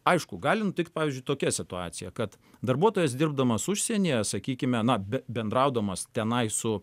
aišku galim tik pavyzdžiui tokia situacija kad darbuotojas dirbdamas užsienyje sakykime na be bendraudamas tenai su